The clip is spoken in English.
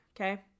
okay